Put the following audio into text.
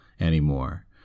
anymore